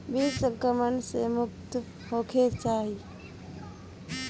बीज संक्रमण से मुक्त होखे के चाही